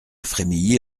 frémilly